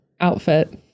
outfit